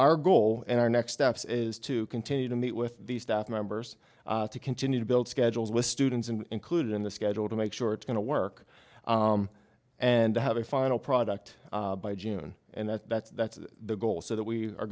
our goal and our next steps is to continue to meet with the staff members to continue to build schedules with students and included in the schedule to make sure it's going to work and to have a final product by june and that's that's the goal so that we are